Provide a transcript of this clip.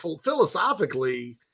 philosophically